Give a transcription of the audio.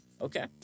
Okay